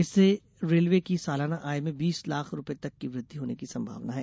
इससे रेलवे की सालाना आय में बीस लाख रुपये तक की वृद्वि होने की संभावना है